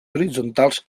horitzontals